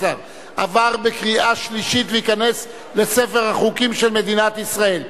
12) עברה בקריאה שלישית והחוק ייכנס לספר החוקים של מדינת ישראל.